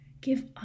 Give